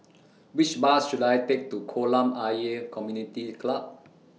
Which Bus should I Take to Kolam Ayer Community Club